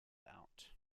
out